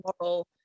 moral